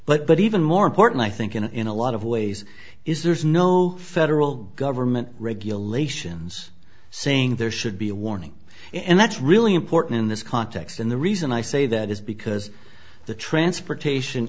d but even more important i think in a lot of ways is there's no federal government regulations saying there should be a warning and that's really important in this context and the reason i say that is because the transportation